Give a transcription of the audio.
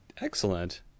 Excellent